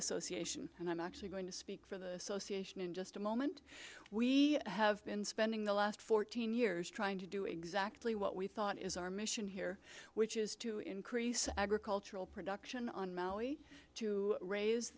association and i'm actually going to speak for the association in just a moment we have been spending the last fourteen years trying to do exactly what we thought is our mission here which is to increase agricultural production on maui to raise